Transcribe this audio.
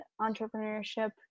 entrepreneurship